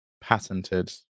patented